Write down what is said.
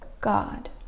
God